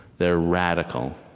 they're radical,